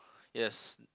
yes